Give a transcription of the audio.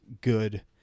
good